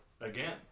Again